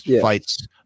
fights